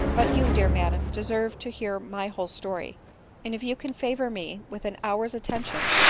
but you, dear madam, deserve to hear my whole story and, if you can favor me with an hour's attention,